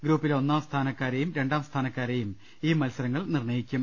ഗ്രൂപ്പിലെ ഒന്നാം സ്ഥാനക്കാരെയും രണ്ടാം സ്ഥാനക്കാരെയും ഈ മത്സരങ്ങൾ നിർണ്ണയിക്കും